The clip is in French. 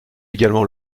également